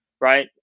right